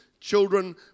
children